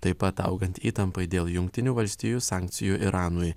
taip pat augant įtampai dėl jungtinių valstijų sankcijų iranui